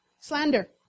Slander